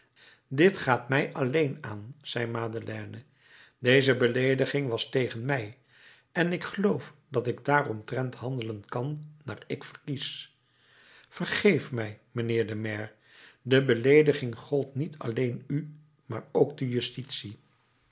dit gaat mij alleen aan zei madeleine deze beleediging was tegen mij en ik geloof dat ik daaromtrent handelen kan naar ik verkies vergeef mij mijnheer de maire de beleediging gold niet alleen u maar ook de justitie